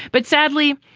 but sadly,